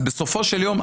אז בסופו של יום,